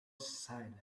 silent